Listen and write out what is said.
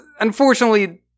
unfortunately